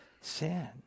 sin